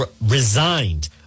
resigned